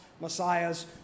messiahs